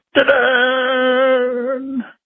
Ta-da